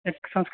अच्छा